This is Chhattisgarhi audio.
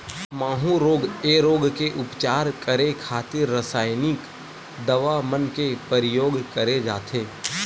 माहूँ रोग ऐ रोग के उपचार करे खातिर रसाइनिक दवा मन के परियोग करे जाथे